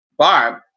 Barb